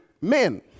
men